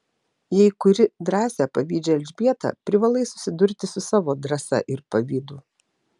jei kuri drąsią pavydžią elžbietą privalai susidurti su savo drąsa ir pavydu